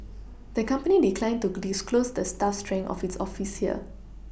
the company declined to disclose the staff strength of its office here